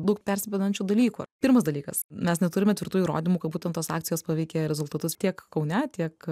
daug persipinančių dalykų pirmas dalykas mes neturime tvirtų įrodymų kad būtent tos akcijos paveikė rezultatus tiek kaune tiek